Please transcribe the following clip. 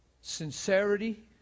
Sincerity